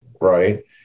right